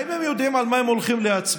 האם הם יודעים על מה הם הולכים להצביע?